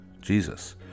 Jesus